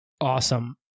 Awesome